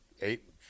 eight